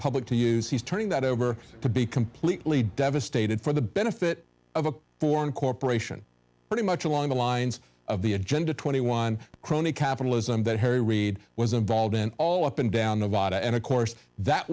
public to use he's turning that over to be completely devastated for the benefit of a foreign corporation pretty much along the lines of the agenda twenty one crony capitalism that harry reid was involved in all up and down the water and of course that